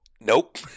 Nope